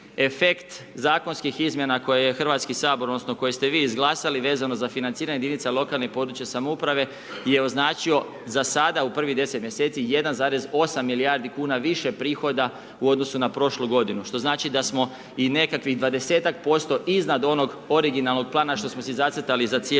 efekt zakonskih izmjena koje je Hrvatski sabor, odnosno, koje ste vi izglasali, vezano za financiranje jedinice lokalne i područne samouprave je označio za sada u prvih 10 mj. 1,8 milijardi kn više prihoda u odnosu na prošlu g. Što znači da smo i nekakvih 20% iznad onog originalnog plana, što smo si zacrtali za cijelu